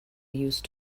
used